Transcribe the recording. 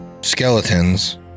skeletons